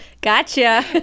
gotcha